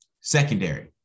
secondary